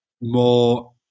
More